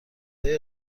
های